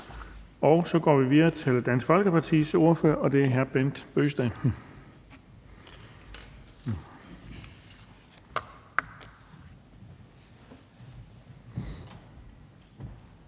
og går videre til Dansk Folkepartis ordfører, og det er fru Mette